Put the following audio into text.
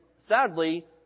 sadly